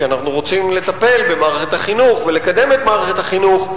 אנחנו רוצים לטפל במערכת החינוך ולקדם את מערכת החינוך,